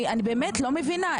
אני באמת לא מבינה.